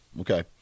Okay